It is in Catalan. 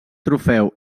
trofeu